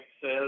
says